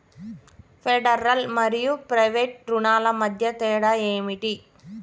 Federal మరియు private రుణాల మధ్య తేడా ఏమిటి?